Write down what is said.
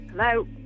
Hello